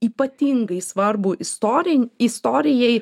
ypatingai svarbų istorin istorijai